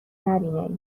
نبینه